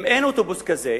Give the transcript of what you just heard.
אם אין אוטובוס כזה,